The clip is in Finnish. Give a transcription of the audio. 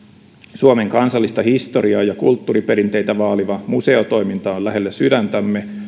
suomen kansallista historiaa ja kulttuuriperinteitä vaaliva museotoiminta on lähellä sydäntämme